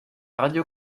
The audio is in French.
radio